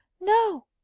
No